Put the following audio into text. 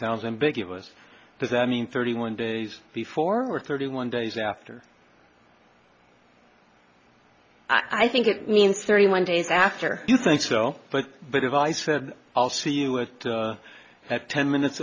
sounds ambiguous does that mean thirty one days before or thirty one days after i think it means thirty one days after you think so but but if i said i'll see you with ten minutes